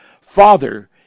Father